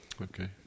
Okay